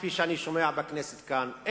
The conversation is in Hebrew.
כפי שאני שומע בכנסת כאן,